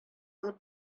алып